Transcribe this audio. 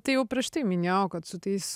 tai jau prieš tai minėjau kad su tais